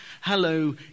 Hello